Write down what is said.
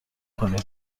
کنیم